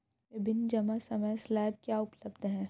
विभिन्न जमा समय स्लैब क्या उपलब्ध हैं?